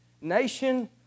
nation